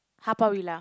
Haw-Par-Villa